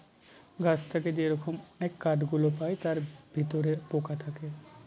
গাছ থেকে যে রকম অনেক কাঠ গুলো পায় তার ভিতরে পোকা থাকে